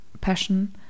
passion